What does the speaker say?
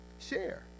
Share